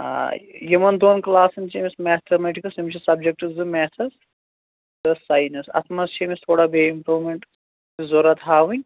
آ یِمَن دۄن کٕلاسَن چھِ أمِس میتھامیٹِکٕس أمِس چھِ سَبجَکٹ زٕ میتھَس تہٕ ساینَس اَتھ منٛز چھِ أمِس تھوڑا بیٚیہِ اِمپروٗمیٚنٹ ضوٚرَتھ ہاوٕنۍ